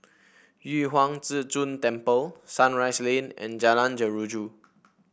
Yu Huang Zhi Zun Temple Sunrise Lane and Jalan Jeruju